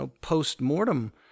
post-mortem